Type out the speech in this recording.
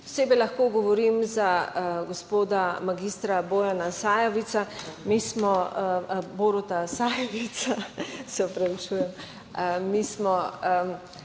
Posebej lahko govorim za gospoda mag. Bojana Sajovica. Mi smo Boruta Sajovica, se opravičujem, mi smo